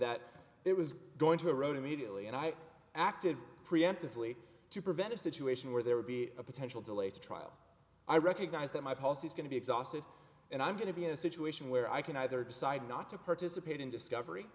that it was going to erode immediately and i acted preemptively to prevent a situation where there would be a potential delay to trial i recognize that my policy is going to be exhausted and i'm going to be in a situation where i can either decide not to participate in discovery